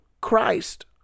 Christ